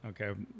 okay